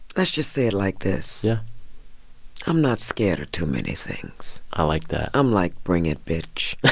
let's just say it like this yeah i'm not scared of too many things i like that i'm like, bring it, bitch.